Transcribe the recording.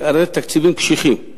הרי התקציבים קשיחים,